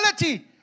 reality